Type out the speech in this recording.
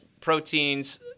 proteins